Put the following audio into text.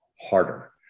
harder